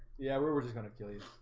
yeah. we're we're just gonna kill you